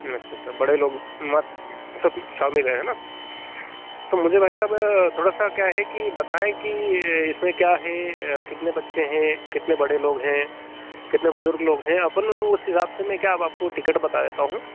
अच्छा अच्छा बड़े लोग मत सब शामिल हैं है ना तो मुझे भाई साहब थोड़ा सा क्या है कि बताएँ कि इसमें क्या है कितने बच्चे हैं कितने बड़े लोग हैं कितने बुजुर्ग लोग हैं अपन उस हिसाब से मैं क्या अब आपको टिकट बता देता हूँ